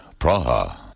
Praha